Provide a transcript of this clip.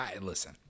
Listen